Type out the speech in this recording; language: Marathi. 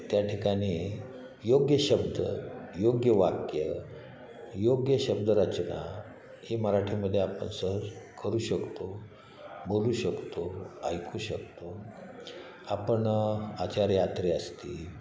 त्या ठिकाणी योग्य शब्द योग्य वाक्य योग्य शब्दरचना ही मराठीमध्ये आपण सहज करू शकतो बोलू शकतो ऐकू शकतो आपण आचार्य अत्रे असतील